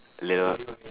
little